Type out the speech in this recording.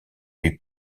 lui